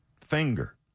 finger